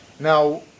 Now